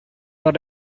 what